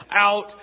Out